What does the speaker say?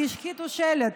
כי ישחיתו את השלט,